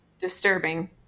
disturbing